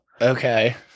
okay